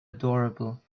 adorable